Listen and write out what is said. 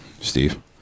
steve